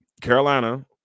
Carolina